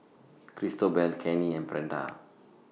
Cristobal Cannie and Brenda